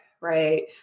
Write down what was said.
right